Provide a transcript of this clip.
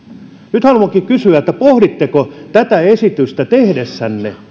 nyt haluankin kysyä pohditteko tätä esitystä tehdessänne